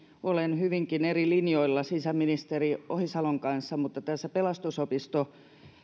olen hyvinkin eri linjoilla sisäministeri ohisalon kanssa mutta tässä pelastusopisto